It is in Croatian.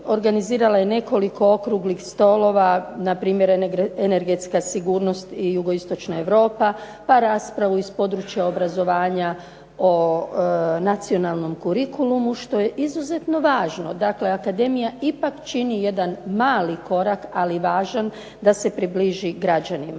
organizirala je nekoliko okruglih stolova, npr. energetska sigurnost i jugoistočna Europa, pa raspravu iz područja obrazovanja o nacionalnom kurikulumu, što je izuzetno važno. Dakle akademija ipak čini jedan mali korak, ali važan da se približi građanima.